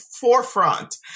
forefront